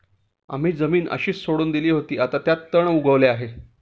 आम्ही जमीन अशीच सोडून दिली होती, आता त्यात तण उगवले आहे